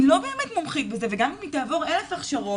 היא לא באמת מומחית בזה וגם אם היא תעבור אלף הכשרות,